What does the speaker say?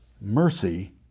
Mercy